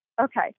Okay